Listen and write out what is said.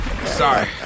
Sorry